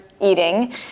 eating